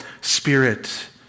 spirit